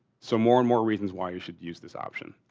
so, more and more reasons why you should use this option.